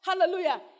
Hallelujah